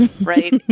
right